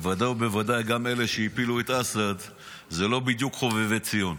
בוודאי ובוודאי גם אלה שהפילו את אסד הם לא בדיוק חובבי ציון.